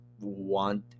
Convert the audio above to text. want